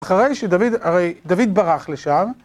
אחרי שדוד, הרי דוד ברח לשם